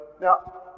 Now